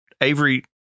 Avery